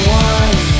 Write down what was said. one